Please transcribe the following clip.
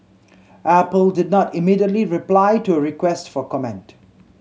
apple did not immediately reply to a request for comment